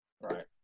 right